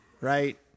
Right